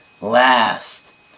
last